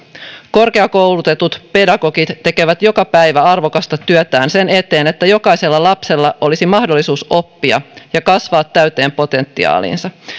korkeakoulutetut pedagogit tekevät joka päivä arvokasta työtään sen eteen että jokaisella lapsella olisi mahdollisuus oppia ja kasvaa täyteen potentiaaliinsa